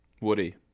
Woody